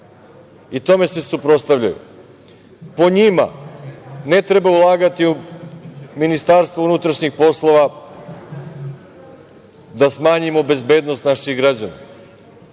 Tome se suprotstavljaju. Po njima ne treba ulagati u Ministarstvo unutrašnjih poslova, da smanjimo bezbednost naših građana,